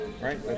right